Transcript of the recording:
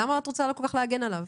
למה את רוצה כל כך להגן עליו?